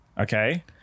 okay